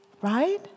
right